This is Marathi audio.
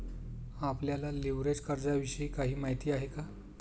आपल्याला लिव्हरेज कर्जाविषयी काही माहिती आहे का?